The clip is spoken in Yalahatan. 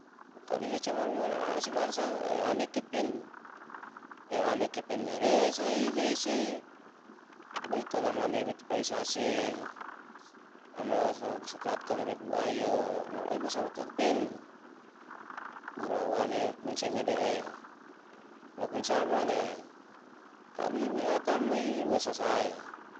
kalu hecawalu mo la'a segala sa ane kepen, e ane kepen mere sai hese lai tola manene tupaisase ama soklat kalo re huwai yo nolai mo sawa kepen. Purawane kunse me le'e, mo kunsae mane kalu ini atam mai wasa sahae?